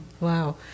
Wow